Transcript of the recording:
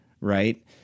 Right